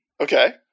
Okay